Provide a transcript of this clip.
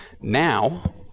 now